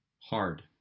hard